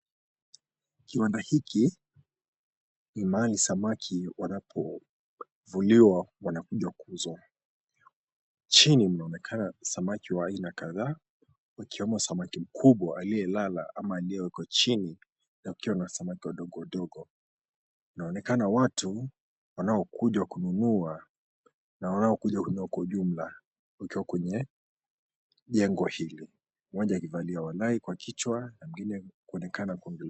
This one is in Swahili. Kiwanda hiki ni mahali samaki wanapovuliwa wanakuja kuuzwa. Chini mnaonekana samaki wa aina kadhaa ikiwemo samaki mkubwa aliyelala ama aliyewekwa chini na kukiwa na samaki wadogo wadogo. Inaonekana watu wanaokuja kununua na wanaokuja kununua kwa ujumla wakiwa kwenye jengo hili mmoja akivalia walai kwa kichwa na mwingine kuonekana kuongele...